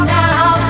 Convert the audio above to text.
now